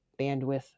bandwidth